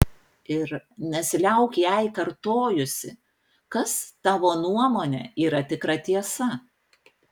ir nesiliauk jai kartojusi kas tavo nuomone yra tikra tiesa